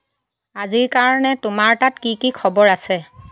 আজিৰ কাৰণে তোমাৰ তাত কি কি খবৰ আছে